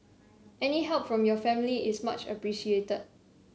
any help from your family is much appreciated